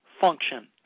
function